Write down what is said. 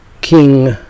King